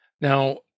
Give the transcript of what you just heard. Now